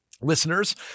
listeners